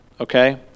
okay